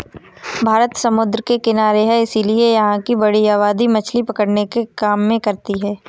भारत समुद्र के किनारे है इसीलिए यहां की बड़ी आबादी मछली पकड़ने के काम करती है